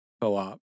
co-op